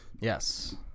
yes